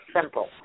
simple